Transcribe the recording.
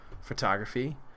photography